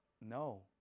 No